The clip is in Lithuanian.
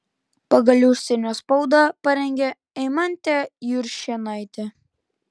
pagal užsienio spaudą parengė eimantė juršėnaitė